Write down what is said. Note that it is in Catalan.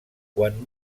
quan